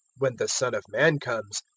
when the son of man comes,